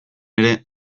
ere